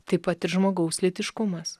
taip pat ir žmogaus lytiškumas